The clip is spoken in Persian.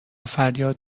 فریاد